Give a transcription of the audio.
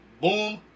boom